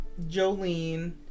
Jolene